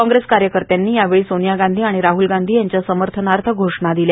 काँगेस कार्यकर्त्यांनी यावेळी सोनिया गांधी राहल गांधी यांचा समर्थनार्थ घोषणा दिल्या